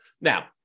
Now